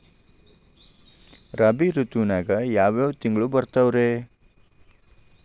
ರಾಬಿ ಋತುವಿನಾಗ ಯಾವ್ ಯಾವ್ ತಿಂಗಳು ಬರ್ತಾವ್ ರೇ?